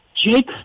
Jake